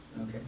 Okay